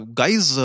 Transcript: guys